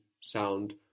sound